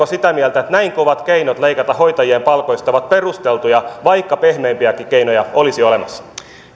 sitä mieltä että näin kovat keinot leikata hoitajien palkoista ovat perusteltuja vaikka pehmeämpiäkin keinoja olisi olemassa